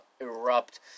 erupt